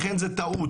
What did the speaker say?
לכן זו טעות.